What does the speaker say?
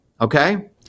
okay